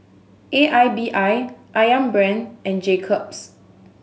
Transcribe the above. A I B I Ayam Brand and Jacob's